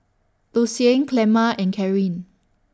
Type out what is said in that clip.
Lucian Clemma and Carin